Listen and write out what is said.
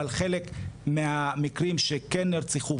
אבל חלק מהמקרים שכן נרצחו,